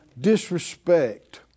Disrespect